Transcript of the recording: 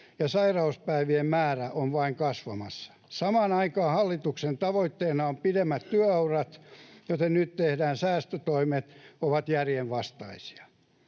ja sairauspäivien määrä on vain kasvamassa. Samaan aikaan hallituksen tavoitteena ovat pidemmät työurat, joten nyt tehtävät säästötoimet ovat järjenvastaisia.